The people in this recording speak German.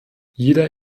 jeder